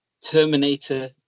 Terminator